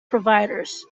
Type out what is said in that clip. providers